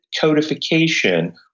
codification